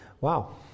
wow